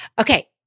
Okay